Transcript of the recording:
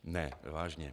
Ne, vážně.